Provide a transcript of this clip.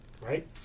right